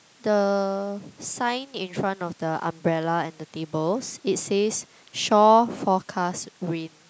the sign in front of the umbrella and the tables it says shore forecast rain